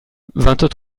vingt